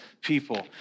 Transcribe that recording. people